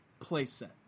playset